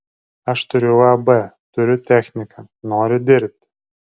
aš turiu uab turiu techniką noriu dirbti